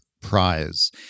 Prize